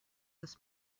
this